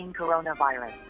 coronavirus